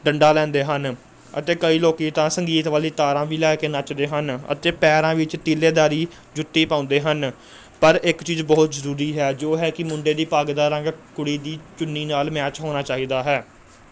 ਡੰਡਾ ਲੈਂਦੇ ਹਨ ਅਤੇ ਕਈ ਲੋਕ ਤਾਂ ਸੰਗੀਤ ਵਾਲੀ ਤਾਰਾਂ ਵੀ ਲੈ ਕੇ ਨੱਚਦੇ ਹਨ ਅਤੇ ਪੈਰਾਂ ਵਿੱਚ ਤਿੱਲੇਦਾਰੀ ਜੁੱਤੀ ਪਾਉਂਦੇ ਹਨ ਪਰ ਇੱਕ ਚੀਜ਼ ਬਹੁਤ ਜ਼ਰੂਰੀ ਹੈ ਜੋ ਹੈ ਕਿ ਮੁੰਡੇ ਦੀ ਪੱਗ ਦਾ ਰੰਗ ਕੁੜੀ ਦੀ ਚੁੰਨੀ ਨਾਲ ਮੈਚ ਹੋਣਾ ਚਾਹੀਦਾ ਹੈ